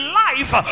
life